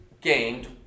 gained